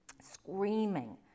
screaming